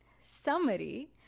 Summary